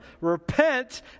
Repent